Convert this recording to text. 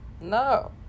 No